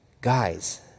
guys